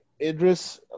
Idris